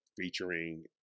featuring